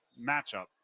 matchup